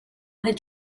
did